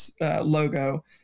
logo